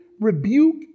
rebuke